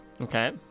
Okay